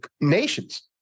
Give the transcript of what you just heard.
nations